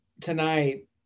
tonight